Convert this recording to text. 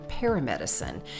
paramedicine